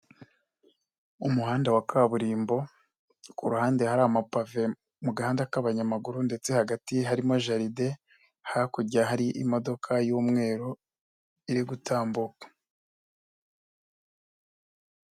Umuhanda wa kaburimbo ku ruhande hari amapave mu gahanda k'abanyamaguru ndetse hagati harimo jaride, hakurya hari imodoka y'umweru iri gutambuka.